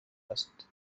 هست